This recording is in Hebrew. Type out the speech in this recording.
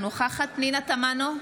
אינה נוכחת פנינה תמנו,